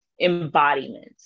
embodiment